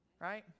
right